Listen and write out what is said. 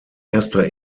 erster